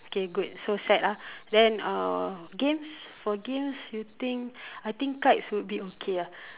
K good so set ah then uh games for games you think I think kites would be okay lah